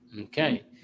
Okay